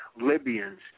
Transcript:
Libyans